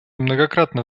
многократно